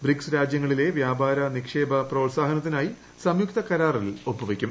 BRICS രാജ്യങ്ങളിലെ വ്യാപാര നിക്ഷേപ പ്രോത്സാഹനത്തിനായി സംയുക്ത കരാറിൽ ഒപ്പു വയ്ക്കും